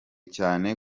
cyane